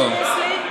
seriously,